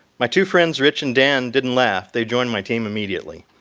my two friends rich and dan didn't laugh. they joined my team immediately.